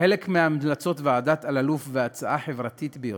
חלק מהמלצות ועדת אלאלוף והצעה חברתית ביותר,